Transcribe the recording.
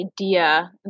idea